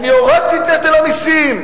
אני הורדתי את נטל המסים.